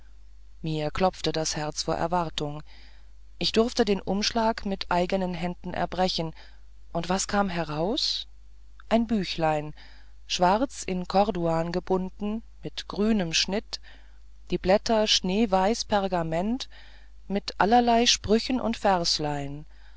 mir klopfte das herz vor erwartung ich durfte den umschlag mit eigenen händen erbrechen und was kam heraus ein büchlein schwarz in korduan gebunden mit grünem schnitt die blätter schneeweiß pergament mit allerlei sprüchen und